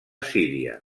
síria